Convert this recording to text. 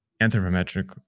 anthropometric